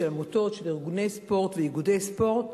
של עמותות של ארגוני ספורט ואיגודי ספורט.